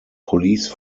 police